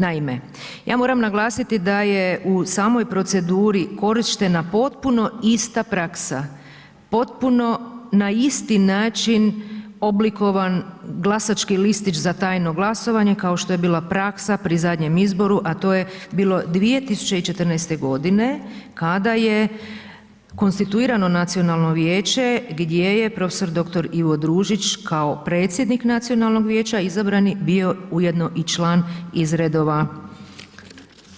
Naime, ja moram naglasiti da je u samoj proceduri korištena potpuno ista praksa, potpuno na isti način oblikovan glasački listić za tajno glasovanje kao što je bila praksa pri zadnjem izboru a to je bilo 2014. g. kada je konstituirano nacionalno vijeće gdje je prof. dr. Ivo Družić kao predsjednik nacionalnog vijeća izabrani, bio u jedno i član iz redova